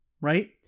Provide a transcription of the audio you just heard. Right